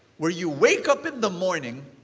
where you wake up in the morning,